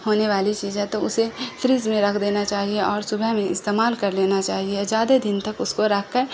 ہونے والی چیز ہے تو اسے فریز میں رکھ دینا چاہیے اور صبح میں استعمال کر لینا چاہیے زیادہ دن تک اس کو رکھ کر